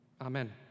Amen